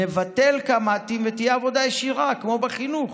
נבטל קמ"טים ותהיה עבודה ישירה, כמו בחינוך.